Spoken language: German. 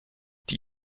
die